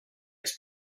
his